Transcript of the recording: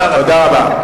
תודה רבה.